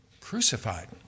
Crucified